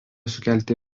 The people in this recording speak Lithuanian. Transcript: sukelti